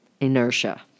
Inertia